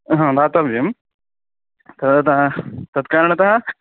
ह दातव्यं तदा तत्कारणतः